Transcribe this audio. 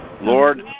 Lord